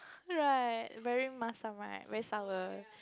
right very masam right very sour